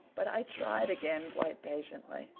but i tried again quite patiently.